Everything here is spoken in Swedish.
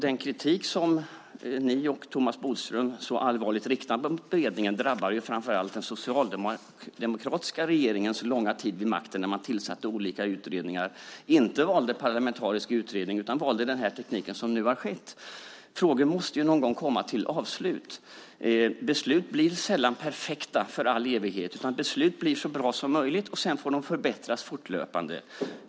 Den kritik som ni och Thomas Bodström så allvarligt riktar mot beredningen drabbar ju framför allt den socialdemokratiska regeringens långa tid vid makten, då man tillsatte olika utredningar och inte valde parlamentariska utredningar utan valde den teknik som nu har använts. Frågor måste ju någon gång komma till avslut. Beslut blir sällan perfekta för all evighet, utan beslut blir så bra som möjligt, och sedan får de förbättras fortlöpande.